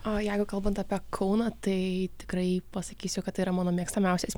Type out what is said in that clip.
o jeigu kalbant apie kauną tai tikrai pasakysiu kad tai yra mano mėgstamiausias